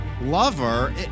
Lover